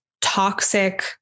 toxic